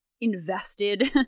invested